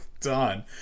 done